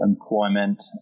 employment